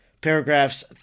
Paragraphs